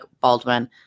Baldwin